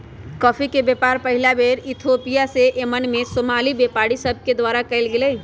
coffee के व्यापार पहिल बेर इथोपिया से यमन में सोमाली व्यापारि सभके द्वारा कयल गेलइ